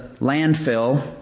landfill